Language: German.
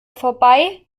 vorbei